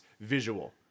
visual